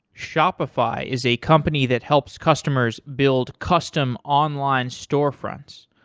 shopify is a company that helps customers build custom online storefronts.